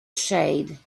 shade